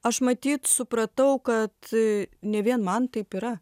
aš matyt supratau kad ne vien man taip yra